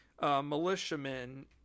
militiamen